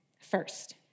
first